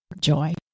joy